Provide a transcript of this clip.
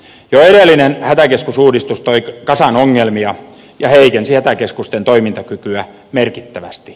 jo edellinen hätäkeskusuudistus toi kasan ongelmia ja heikensi hätäkeskusten toimintakykyä merkittävästi